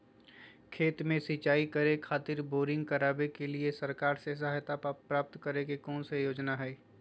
खेत में सिंचाई करे खातिर बोरिंग करावे के लिए सरकार से सहायता प्राप्त करें के कौन योजना हय?